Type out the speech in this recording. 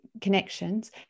connections